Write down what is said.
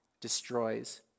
destroys